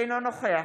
אינו נוכח